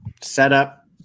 setup